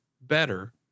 better